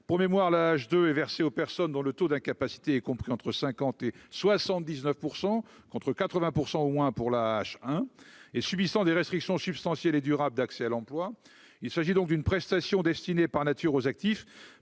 pour mémoire, l'âge de est versée aux personnes dont le taux d'incapacité compris entre 50 et 79 % contre 80 % au moins pour la H hein et subissant des restrictions substantielle et durable d'accès à l'emploi, il s'agit donc d'une prestation destinée par nature aux actifs